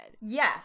Yes